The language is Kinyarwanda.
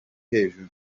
hejuru